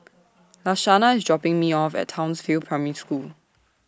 Lashanda IS dropping Me off At Townsville Primary School